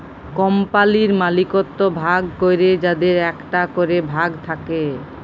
কম্পালির মালিকত্ব ভাগ ক্যরে যাদের একটা ক্যরে ভাগ থাক্যে